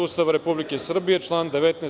Ustava Republike Srbije, član 19.